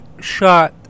shot